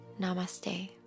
Namaste